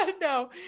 No